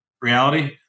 reality